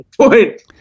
point